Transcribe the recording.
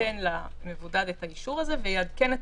ייתן למבודד את האישור הזה ויעדכן את